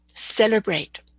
Celebrate